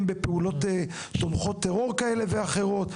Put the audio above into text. בפעולות תומכות טרור כאלה ואחרות?